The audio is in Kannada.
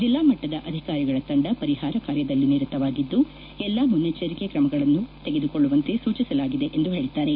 ಜಿಲ್ಲಾಮಟ್ಟದ ಅಧಿಕಾರಿಗಳ ತಂಡ ಪರಿಹಾರ ಕಾರ್ಯದಲ್ಲಿ ನಿರತವಾಗಿದ್ದು ಎಲ್ಲಾ ಮುನ್ನೆಚ್ಚರಿಕೆ ಕ್ರಮಗಳನ್ನು ತಗೆದುಕೊಳ್ಳುವಂತೆ ಸೂಚಿಸಲಾಗಿದೆ ಎಂದು ಹೇಳಿದ್ದಾರೆ